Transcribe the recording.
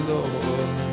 Lord